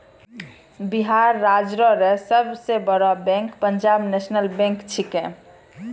बिहार राज्य रो सब से बड़ो बैंक पंजाब नेशनल बैंक छैकै